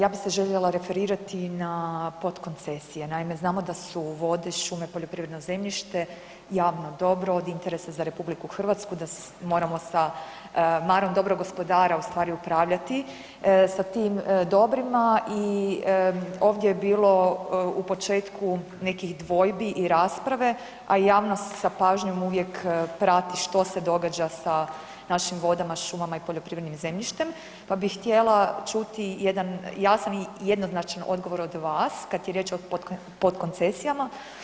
Ja bih se željela referirati na potkoncesije, naime znamo da su vode, šume, poljoprivredno zemljište javno dobro, od interesa za RH, da moramo sa marom dobrog gospodara ustvari upravljati sa tim dobrima i ovdje je bilo u početku nekih dvojbi i rasprave, a i javnost sa pažnjom uvijek prati što se događa sa našim vodama, šumama i poljoprivrednim zemljištem pa bi htjela čuti jedan jasan i jednoznačan odgovor od vas kad je riječ o potkoncesijama.